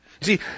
See